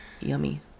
Yummy